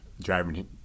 driving